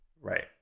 Right